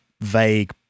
vague